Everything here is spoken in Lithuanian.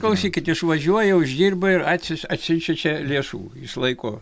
klausykit išvažiuoja uždirba ir atsius atsiunčia čia lėšų išlaiko